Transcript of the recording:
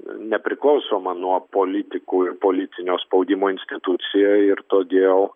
nepriklausoma nuo politikų ir politinio spaudimo institucija ir todėl